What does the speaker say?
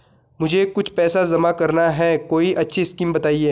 मुझे कुछ पैसा जमा करना है कोई अच्छी स्कीम बताइये?